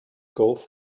golf